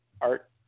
art